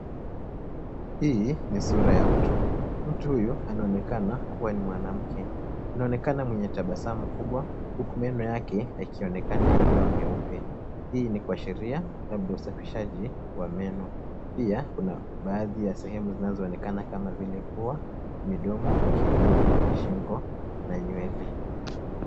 Hii ni sura ya mtu. Mtu huyu anaonekana kuwa ni mwanamke .Inaonekana mwenye tabasamu kubwa huku meno yake yakionekana yakiwa meupe. Hii ni kuashiria labda usafishaji wa meno. Pia kuna sehwmu zinazoonekana kama vile pia, mdomo, kidevu, shingo na nywele.